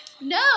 no